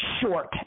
short